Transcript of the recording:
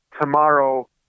tomorrow